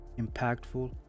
impactful